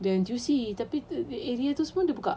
the N_T_U_C tapi area tu semua dia buka